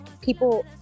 people